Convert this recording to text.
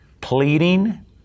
pleading